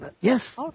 Yes